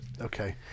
Okay